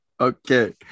okay